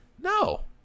No